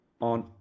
on